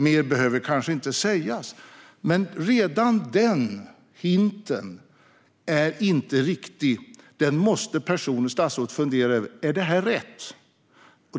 Mer behöver kanske inte sägas, men redan denna hint är inte riktig. Statsrådet måste fundera över om detta är rätt.